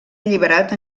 alliberat